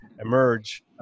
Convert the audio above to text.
emerge